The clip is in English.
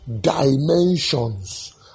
Dimensions